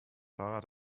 fahrrad